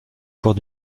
cours